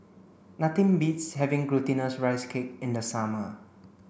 nothing beats having glutinous rice cake in the summer